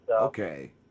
Okay